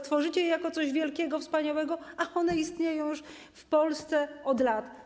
Tworzycie je jako coś wielkiego, wspaniałego, a one już istnieją w Polsce od lat.